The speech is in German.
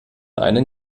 einen